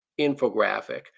infographic